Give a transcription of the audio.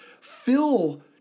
fill